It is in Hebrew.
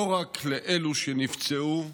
לא רק לאלה שנפצעו: